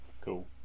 cool